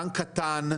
בנק קטן,